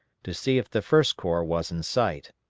to see if the first corps was in sight.